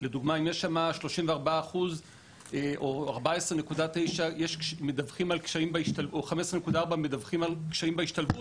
לדוגמה אם יש שם 34% או 15.4% מדווחים על קשיים בהשתלבות,